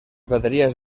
baterías